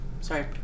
Sorry